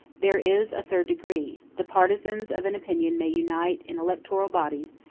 there is a third degree the partisans of an opinion may unite in electoral bodies,